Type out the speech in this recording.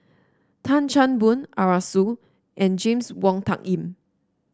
Tan Chan Boon Arasu and James Wong Tuck Yim